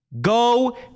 go